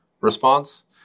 response